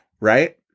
Right